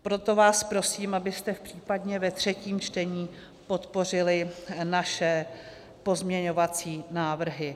Proto vás prosím, abyste případně ve třetím čtení podpořili naše pozměňovací návrhy.